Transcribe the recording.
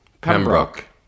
Pembroke